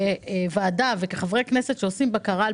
כוועדה וכחברי כנסת שעושים בקרה על